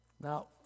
Now